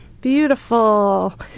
Beautiful